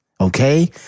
okay